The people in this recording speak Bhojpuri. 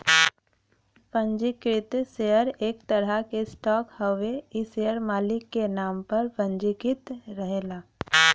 पंजीकृत शेयर एक तरह क स्टॉक हउवे इ शेयर मालिक नाम पर पंजीकृत रहला